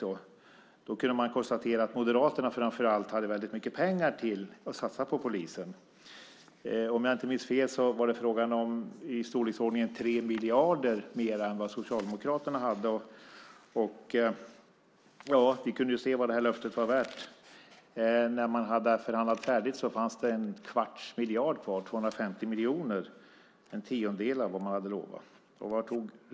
Man kunde konstatera att framför allt Moderaterna hade väldigt mycket pengar att satsa på polisen. Om jag inte minns fel var det fråga om i storleksordningen 3 miljarder mer än vad Socialdemokraterna hade. Vi kunde se vad det löftet var värt. När man hade förhandlat färdigt var det en kvarts miljard kvar, 250 miljoner. Det var en tiondel av vad man hade lovat.